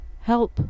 Help